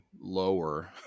lower